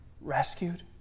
rescued